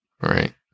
Right